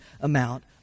amount